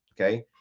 okay